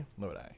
Lodi